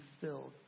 filled